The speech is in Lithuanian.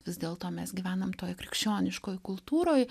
vis dėlto mes gyvenam toj krikščioniškoj kultūroj